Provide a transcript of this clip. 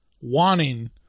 wanting